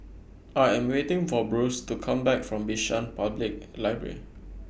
I Am waiting For Bruce to Come Back from Bishan Public Library